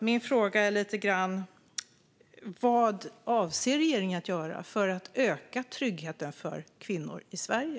Min fråga är: Vad avser regeringen att göra för att öka tryggheten för kvinnor i Sverige?